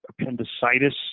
Appendicitis